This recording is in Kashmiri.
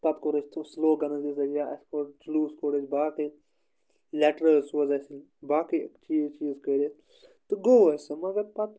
پَتہٕ کوٚر اَسہِ تِم سٕلوگَن حظ دِژ اَسہِ یا اَسہِ کوٚڑ جلوٗس کوٚڑ اَسہِ باقٕے لٮ۪ٹرٕ حظ سوزٕ اَسہِ یِم باقٕے چیٖز چیٖز کٔرِکھ تہٕ گوٚو اَسہِ سُہ مگر پَتہٕ